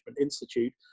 Institute